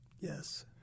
Yes